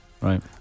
right